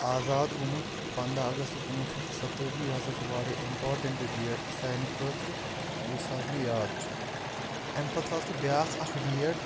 آزاد گوٚمُت پنٛداہ اَگست کُنوُہ شَتھ تہٕ ستتٲجی یہِ ہسا چھُ واریاہ اِمپاٹنٹ ڈیٹ سانہِ خٲطرٕ یُس حظ مےٚ یاد چھُ اَمہِ پتہٕ حظ چھُ بیاکھ اکھ ڈیٹ